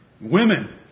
Women